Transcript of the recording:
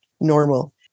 normal